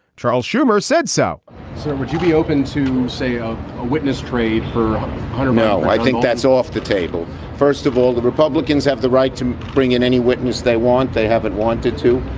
charles schumer said so would you be open to say a witness trade for hunter? no, i think that's off the table. first of all, the republicans have the right to bring in any witness they want. they haven't wanted to.